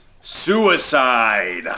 suicide